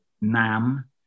Nam